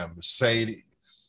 Mercedes